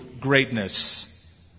greatness